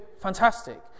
fantastic